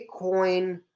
Bitcoin